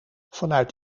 vanuit